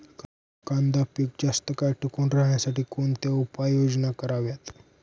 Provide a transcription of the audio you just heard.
कांदा पीक जास्त काळ टिकून राहण्यासाठी कोणत्या उपाययोजना कराव्यात?